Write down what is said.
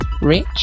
rich